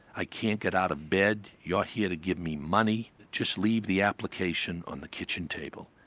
i can't get out of bed, you're here to give me money. just leave the application on the kitchen table.